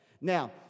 now